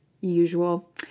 usual